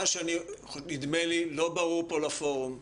מה שנדמה לי לא ברור פה לפורום,